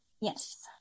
Yes